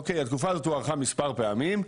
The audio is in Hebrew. התקופה הזאת הוארכה מספר פעמים,